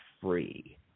free